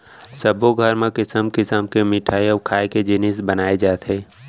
सब्बो घर म किसम किसम के मिठई अउ खाए के जिनिस बनाए जाथे